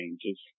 changes